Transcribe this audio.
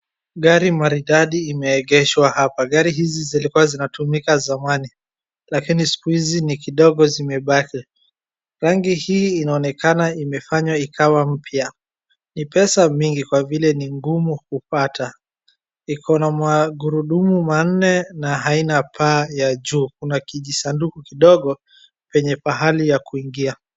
Gari maridadi imeegeshwa hapa. Gari hizi zilikua zinatumika zamani lakini siku hizi ni kidogo zimebaki. Rangi hii inaonekana imefanywa ikawa mpya. Ni pesa mingi kwa maana ni ngumu kupata. Ikona magundumu manne na haina paa ya juu. Kuna kijisanduku kidogo kwenye pahali ya kuingia.